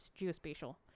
Geospatial